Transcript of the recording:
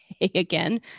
again